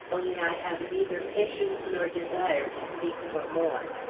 only i have neither patience nor desire to seek for more.